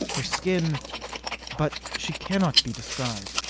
her skin but she cannot be described.